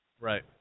Right